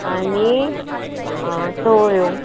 आनी चोवळ्यो